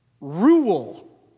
Rule